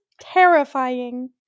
terrifying